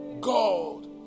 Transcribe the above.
God